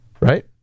Right